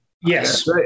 Yes